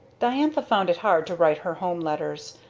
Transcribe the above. diantha found it hard to write her home letters,